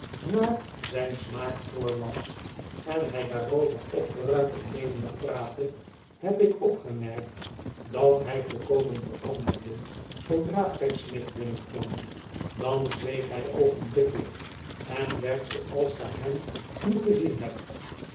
naar zijn smaak voorlas en hij daarover opgeruimd en levendig praatte heb ik opgemerkt dat hij volkomen veranderde zoodra pecksniff binnenkwam dan zweeg hij oogenblikkelijk en werd zooals gij hem nu gezien hebt